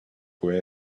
were